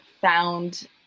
found